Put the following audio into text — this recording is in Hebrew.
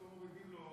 אז פתאום אומרים לו,